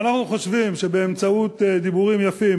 כשאנחנו חושבים שבאמצעות דיבורים יפים